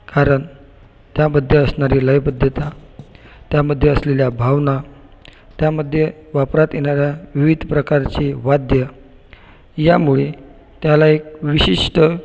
कारण त्यामध्ये असणारी लयबद्धता त्यामध्ये असलेल्या भावना त्यामध्ये वापरात येणारा विविध प्रकारचे वाद्य यामुळे त्याला एक विशिष्ट